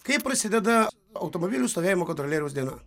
kaip prasideda automobilių stovėjimo kontrolieriaus diena